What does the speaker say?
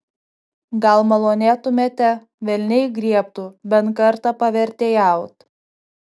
gal malonėtumėte velniai griebtų bent kartą pavertėjaut